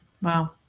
Wow